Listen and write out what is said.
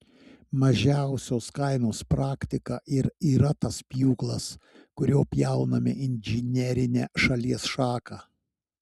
mažiausios kainos praktika ir yra tas pjūklas kuriuo pjauname inžinerinę šalies šaką